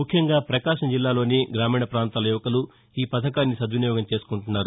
ముఖ్యంగా ప్రకాశం జిల్లాలోని గ్రామీణ ప్రాంతాల యువకులు ఈ పథకాన్ని సద్వినియోగం చేసుకుంటున్నారు